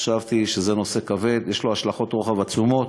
חשבתי שזה נושא כבד, שיש לו השלכות רוחב עצומות,